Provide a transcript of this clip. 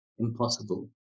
impossible